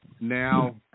now